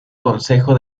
consejo